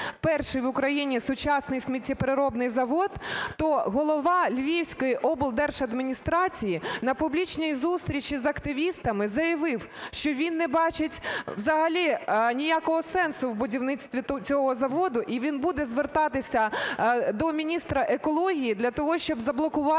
перший в Україні сучасний сміттєпереробний завод, то голова Львівської облдержадміністрації на публічній зустрічі з активістами заявив, що він не бачить взагалі ніякого сенсу в будівництві цього заводу. І він буде звертатися до міністра екології для того, щоб заблокувати